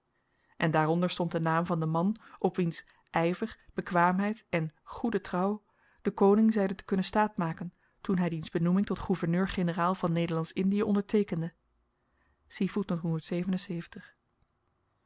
en daaronder stond de naam van den man op wiens yver bekwaamheid en goede trouw de koning zeide te kunnen staat maken toen hy diens benoeming tot gouverneur-generaal van nederlandsch indie onderteekende